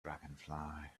dragonfly